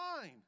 fine